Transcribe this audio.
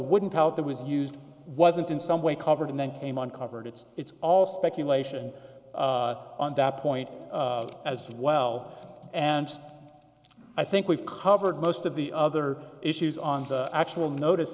pallet that was used wasn't in some way covered and then came on covered it's it's all speculation on that point as well and i think we've covered most of the other issues on the actual notice